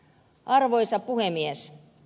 arvoisa puhemies